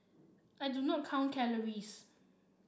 I do not count calories